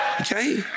Okay